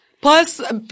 Plus